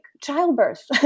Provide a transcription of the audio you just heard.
childbirth